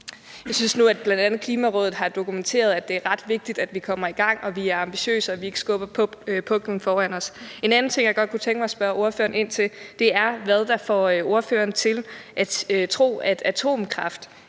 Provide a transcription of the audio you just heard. Jeg synes nu, at bl.a. Klimarådet har dokumenteret, at det er ret vigtigt, at vi kommer i gang, og at vi er ambitiøse og ikke skubber puklen foran os. En anden ting, jeg godt kunne tænke mig at spørge ordføreren ind til, er, hvad der får ordføreren til at tro, at atomkraft